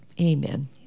amen